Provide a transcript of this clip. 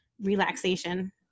relaxation